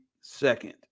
second